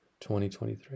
2023